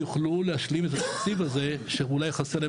יוכלו להשלים את התקציב הזה שאולי חסר.